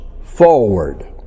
forward